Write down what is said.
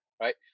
right